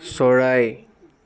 চৰাই